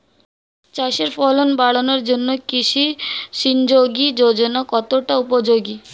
চাষের ফলন বাড়ানোর জন্য কৃষি সিঞ্চয়ী যোজনা কতটা উপযোগী?